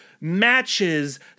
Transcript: matches